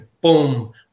boom